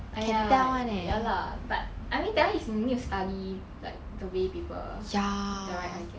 !aiya! ya lah but I mean that [one] is you need to study the way people interact I guess